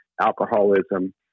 alcoholism